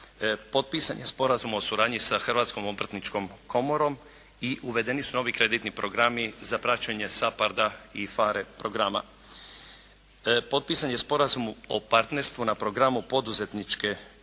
Potpisan je Sporazum o suradnji sa Hrvatskom obrtničkom komorom i uvedeni su novi kreditni programi za praćenje SAPARD-a i PHARE programa. Potpisan je Sporazum o partnerstvu na programu poduzetničke i